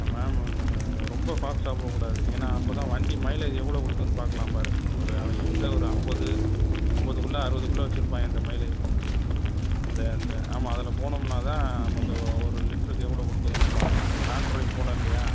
ஆமா நம்ம ரொம்ப ஃபாஸ்ட்டாக போக கூடாது ஏன்னா அப்பதான் வண்டி மைலேஜ் எவ்வளோ கொடுக்குதுனு பார்க்கலாம் பார் ஒரு அவங்கள் வந்து ஒரு அம்பது அம்பதுகுள்ள அறுபதுகுள்ள வச்சிருப்பாங்க இந்த மைலேஜ் அந்த அந்த ஆமா அதில் போனோம்னாதான் நமக்கு ஒரு லிட்டருக்கு எவ்வளோ கொடுக்குதுனும் பார்க்கலாம் நீ லாங் டிரைவ் போல இல்லையா